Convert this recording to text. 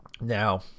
Now